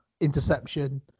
interception